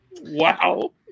wow